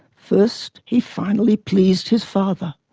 first, he finally pleased his father.